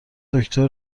دکتر